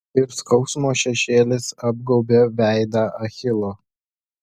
ir skausmo šešėlis apgaubė veidą achilo